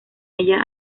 ella